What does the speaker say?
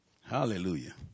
Hallelujah